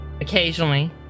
Occasionally